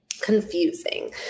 confusing